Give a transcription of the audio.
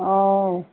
অঁ